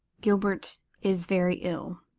gilbert is very ill,